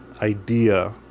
idea